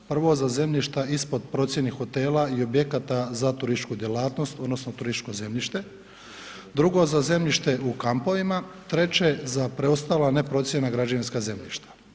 Prvo za zemljišta ispod … hotela i objekta za turističku djelatnost odnosno turističko zemljište, drugo za zemljište u kampovima, treće za preostala neprocijenjena građevinska zemljišta.